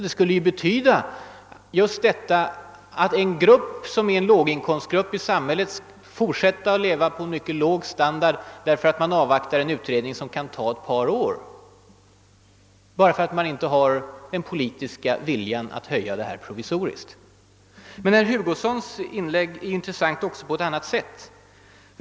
Det skulle ju betyda att en låginkomstgrupp i samhället måste fortsätta att leva på en mycket låg standard, därför att man avvaktar en utredning som kan ta ett par år och därför att man inte har den politiska viljan att höja ersättningen provisoriskt. Herr Hugossons inlägg är intressant också på ett annat sätt.